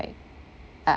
right ah